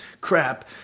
crap